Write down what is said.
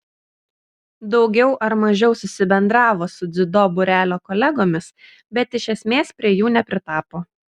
daugiau ar mažiau susibendravo su dziudo būrelio kolegomis bet iš esmės prie jų nepritapo